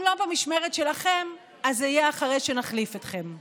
אם לא במשמרת שלכם, זה יהיה אחרי שנחליף אתכם.